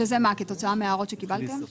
זה כתוצאה מהערות שקיבלתם?